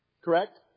Correct